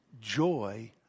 joy